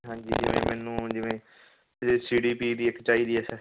ਹਾਂਜੀ ਜਿਵੇਂ ਮੈਨੂੰ ਜਿਵੇਂ ਸੀਡੀਪੀ ਦੀ ਇੱਕ ਚਾਹੀਦੀ ਹੈ ਸਰ